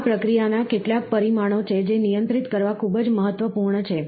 આ પ્રક્રિયાના કેટલાક પરિમાણો છે જે નિયંત્રિત કરવા ખૂબ જ મહત્વપૂર્ણ છે